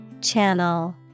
Channel